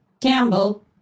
Campbell